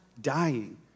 dying